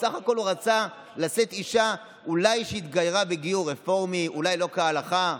בסך הכול הוא רצה לשאת אישה שאולי התגיירה בגיור רפורמי ואולי לא כהלכה.